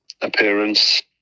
appearance